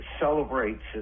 celebrates